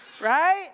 right